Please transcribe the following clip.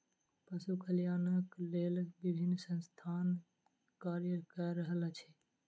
पशु कल्याणक लेल विभिन्न संस्थान कार्य क रहल अछि